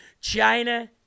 China